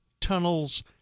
tunnels